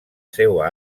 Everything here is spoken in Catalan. seua